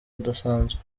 udasanzwe